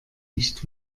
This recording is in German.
nicht